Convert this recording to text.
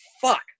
Fuck